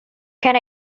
can